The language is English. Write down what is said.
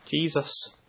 Jesus